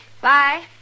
Bye